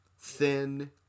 thin